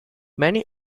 many